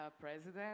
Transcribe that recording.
president